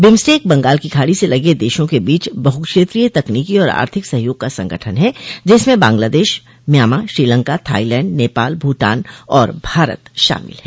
BIMSTEC Bengal की खाड़ी से लगे देशों के बीच बहुक्षेत्रीय तकनीकी और आर्थिक सहयोग का संगठन है जिसम बांग्लादेश म्यामां श्रीलंका थाईलैंड नेपाल भूटान और भारत शामिल है